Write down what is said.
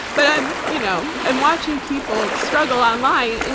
but i'm you know i'm watching people struggle online, and